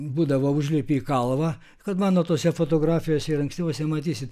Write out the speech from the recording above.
būdavo užlipi į kalvą kad mano tose fotografijose ir ankstyvose matysit